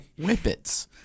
whippets